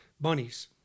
bunnies